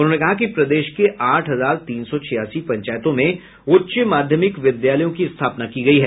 उन्होंने कहा कि प्रदेश के आठ हजार तीन सौ छियासी पंचायतों में उच्च माध्यमिक विद्यालयों की स्थापना की गयी है